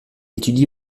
étudie